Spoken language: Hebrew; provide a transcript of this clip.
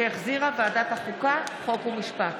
שהחזירה ועדת החוקה, חוק ומשפט.